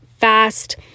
fast